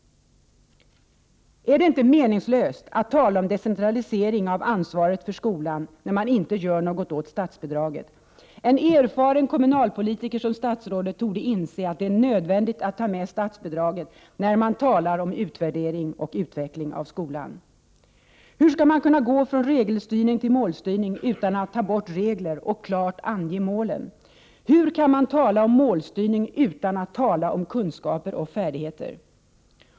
Är det inte meningslöst att tala om decentralisering av ansvaret för skolan, när man inte gör något åt statsbidraget? En erfaren kommunalpolitiker som statsrådet torde inse att det är nödvändigt att ta med statsbidraget, när man talar om utvärdering och utveckling av skolan? Hur skall man kunna gå från regelstyrning till målstyrning utan att ta bort regler och klart ange målen? Hur kan man tala om målstyrning utan att tala om kunskaper och färdigheter?